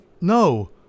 No